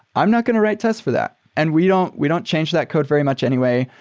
i'm not going to write test for that, and we don't we don't change that code very much anyway.